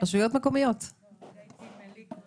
יש כאן נציגה